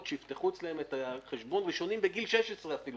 כדי שיפתחו אצלם את החשבון בגיל 16 אפילו.